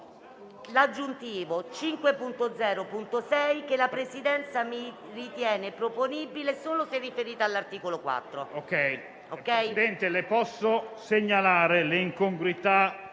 aggiuntivo 5.0.6 (testo 2) che la Presidenza ritiene proponibile solo se riferito all'articolo 4.